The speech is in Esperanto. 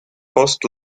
post